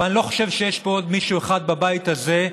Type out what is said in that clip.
אבל אני לא חושב שיש פה עוד מישהו אחד בבית הזה,